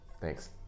Thanks